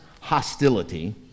hostility